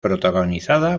protagonizada